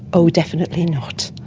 oh, definitely not.